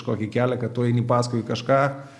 kokį kelią kad tu eini paskui kažką